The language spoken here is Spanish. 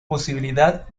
posibilidad